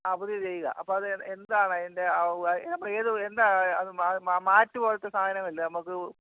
ആ പുതിയ ചെയ്യുക അപ്പം അത് എന്താണ് അതിൻ്റെ ഏത് എന്താ അത് മാറ്റ് പോലത്തെ സാധനമല്ലേ നമുക്ക്